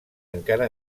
encara